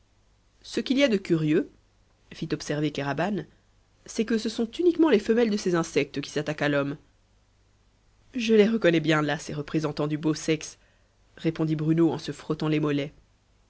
ce qu'il y a de curieux fit observer kéraban c'est que ce sont uniquement les femelles de ces insectes qui s'attaquent à l'homme je les reconnais bien là ces représentants du beau sexe répondit bruno en se frottant les mollets